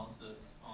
analysis